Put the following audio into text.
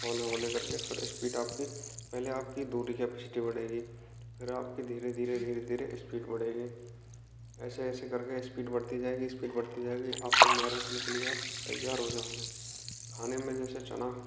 होले होले करके फिर स्पीड आपकी पहले आपकी दूरी की कैपेसिटी बढ़ेगी फिर आपकी धीरे धीरे धीरे धीरे स्पीड बढ़ेगी ऐसे ऐसे करके स्पीड बढ़ती जाएगी स्पीड बढ़ती जाएगी आप फिर मैराथान के लिए आप तैयार हो जाओगे खाने में जैसे चना